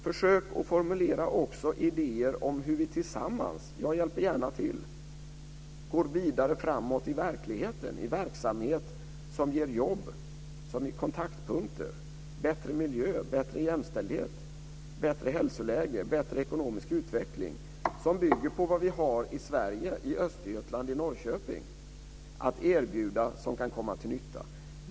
Försök att också formulera idéer - jag hjälper gärna till - om hur vi tillsammans går vidare framåt i verkligheten, i verksamhet som ger jobb, kontaktpunkter, bättre miljö, bättre jämställdhet, bättre hälsoläge, bättre ekonomisk utveckling och som bygger på vad vi har att erbjuda i Sverige, i Östergötland, i Norrköping, som kan komma till nytta.